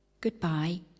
Goodbye